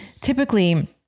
Typically